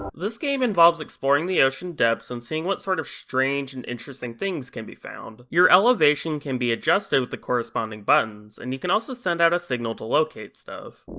this game involves exploring the ocean depths and seeing what sort of strange and interesting things can be found. your elevation can be adjusted with the corresponding buttons, and you can also send out a signal to locate stuff.